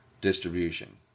distribution